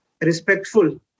respectful